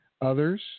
others